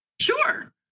Sure